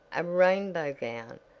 a rainbow gown,